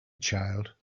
child